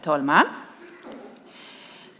Herr talman!